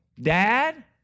Dad